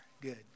Good